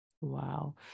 wow